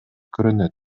көрүнөт